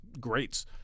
greats